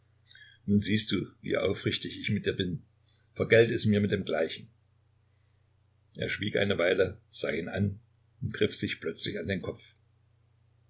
nun siehst du wie aufrichtig ich mit dir bin vergelte es mir mit dem gleichen er schwieg eine weile sah ihn an und griff sich plötzlich an den kopf